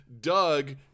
Doug